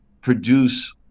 produce